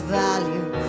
value